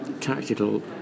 tactical